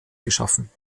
geschaffen